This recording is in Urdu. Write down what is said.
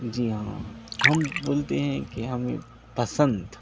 جی ہاں ہم بولتے ہیں کہ ہمیں پسند